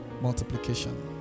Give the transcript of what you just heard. multiplication